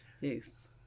Yes